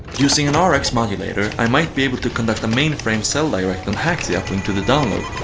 using an ah rx modulator, i might be able to conduct a mainframe cell direct and hack the uplink to the download.